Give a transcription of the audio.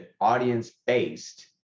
audience-based